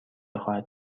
خواهد